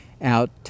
out